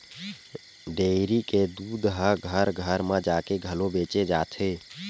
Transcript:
dairy के दूद ह घर घर म जाके घलो बेचे जाथे